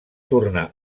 tornar